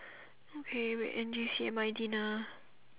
okay wait N_J_C M_I dinner